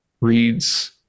reads